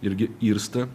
irgi irsta